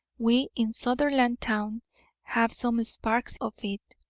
we in sutherlandtown have some sparks of it,